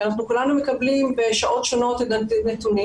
כי כולנו מקבלים בשעות שונות את הנתונים,